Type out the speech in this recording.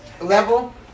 level